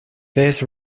this